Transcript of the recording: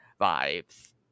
vibes